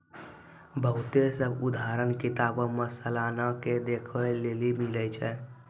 बहुते सभ उदाहरण किताबो मे सलाना के देखै लेली मिलै छै